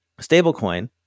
stablecoin